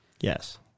Yes